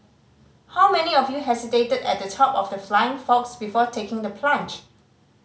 how many of you hesitated at the top of the flying fox before taking the plunge